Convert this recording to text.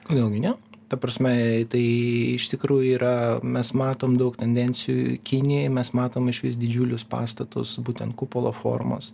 kodėl gi ne ta prasme tai iš tikrųjų yra mes matom daug tendencijų kinijoj mes matom išvis didžiulius pastatus būtent kupolo formos